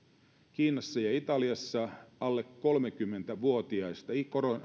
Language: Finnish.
kiinassa ja italiassa alle kolmekymmentä vuotiaista